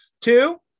Two